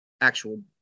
actual